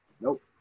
Nope